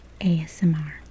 ASMR